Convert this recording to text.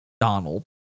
Donald